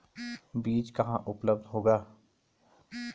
बीज कहाँ उपलब्ध होगा?